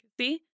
See